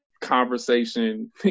conversation